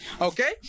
Okay